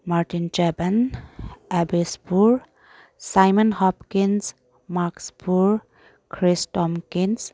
Martin Japan ꯑꯦꯕꯤꯁ ꯄꯨꯔ Simon Hopkins ꯃꯥꯛꯁꯄꯨꯔ ꯈ꯭ꯔꯤꯁꯇꯣꯝꯀꯤꯟꯁ